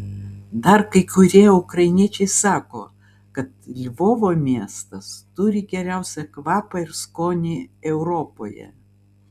dar kai kurie ukrainiečiai sako kad lvovo miestas turi geriausią kvapą ir skonį europoje